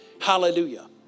Hallelujah